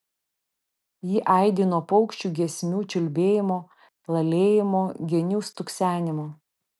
ji aidi nuo paukščių giesmių čiulbėjimo lalėjimo genių stuksenimo